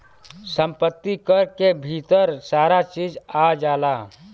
सम्पति कर के भीतर सारा चीज आ जाला